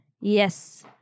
Yes